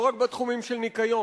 לא רק בתחומים של ניקיון,